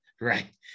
right